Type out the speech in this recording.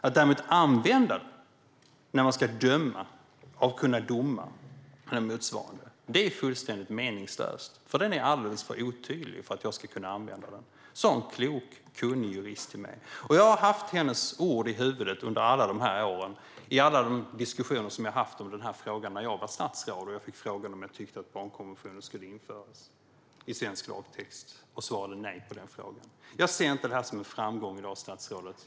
Att däremot använda den när man ska döma - vid avkunnande av domar - eller motsvarande är fullständigt meningslöst, eftersom den är alldeles för otydlig för att den ska kunna användas. Det sa en klok och kunnig jurist till mig. Jag har haft hennes ord i huvudet under alla dessa år och i alla de diskussioner som jag har haft om denna fråga när jag var statsråd och fick frågan om jag tyckte att barnkonventionen skulle införas i svensk lagtext. Jag svarade nej på den frågan. Jag ser inte detta som en framgång i dag, statsrådet.